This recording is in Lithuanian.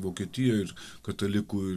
vokietijoj ir katalikų